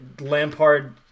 Lampard